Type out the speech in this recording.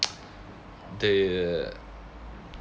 the